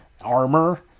Armor